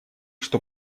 что